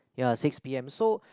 ya six P_M so